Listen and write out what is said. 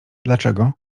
dlaczego